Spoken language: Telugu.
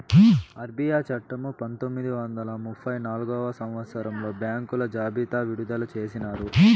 ఆర్బీఐ చట్టము పంతొమ్మిది వందల ముప్పై నాల్గవ సంవచ్చరంలో బ్యాంకుల జాబితా విడుదల చేసినారు